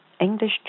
English